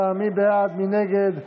קבוצת סיעת יהדות